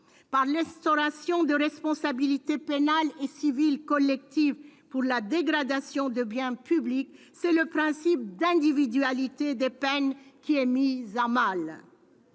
Par l'instauration de responsabilité pénale et civile collective pour la dégradation de biens publics, c'est le principe d'individualité des peines qui est mis à mal.